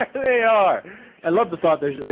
they are allowed the fathers ah.